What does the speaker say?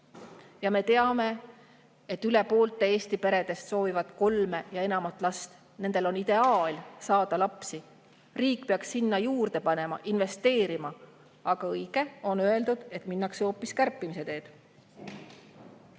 ja me teame, et üle poole Eesti peredest soovivad kolme ja enamat last, nendel on ideaal saada lapsi. Riik peaks sinna juurde panema, investeerima, aga õige, on öeldud, et minnakse hoopis kärpimise